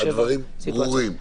הדברים ברורים.